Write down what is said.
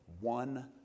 one